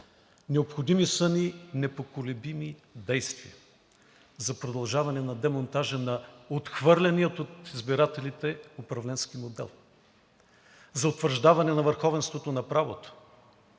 Необходими са ни непоколебими действия за продължаване на демонтажа на отхвърления от избирателите управленски модел, за утвърждаване на върховенството на правото,